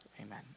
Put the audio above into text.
Amen